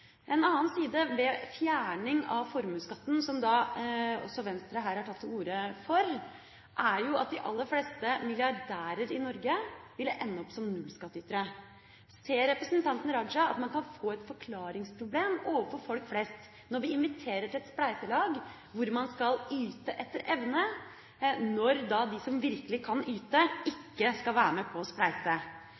En annen side ved fjerning av formuesskatten, som også Venstre her har tatt til orde for, er at de aller fleste milliardærer i Norge ville ende opp som nullskattytere. Ser representanten Raja at man kan få et forklaringsproblem overfor folk flest når vi inviterer til et spleiselag hvor man skal yte etter evne, og de som virkelig kan yte, ikke skal være med på å